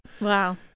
Wow